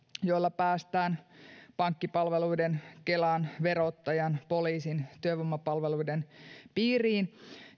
joilla päästään pankkipalveluiden kelan verottajan poliisin työvoimapalveluiden piiriin